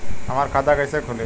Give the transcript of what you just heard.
हमार खाता कईसे खुली?